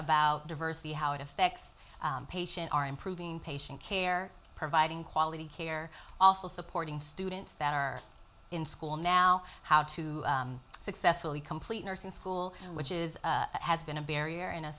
about diversity how it affects patient are improving patient care providing quality care also supporting students that are in school now how to successfully complete nursing school which is has been a barrier and a